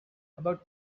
about